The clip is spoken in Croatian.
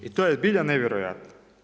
I to je zbilja nevjerojatno.